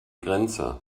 grenze